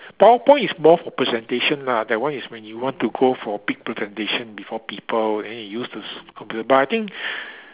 PowerPoint is more for presentation lah that one is when you want to go for big presentation before people then you use those computer but I think